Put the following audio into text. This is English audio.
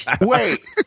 Wait